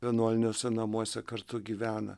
vienuoliniuose namuose kartu gyvena